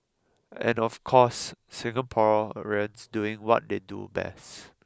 and of course Singaporeans doing what they do best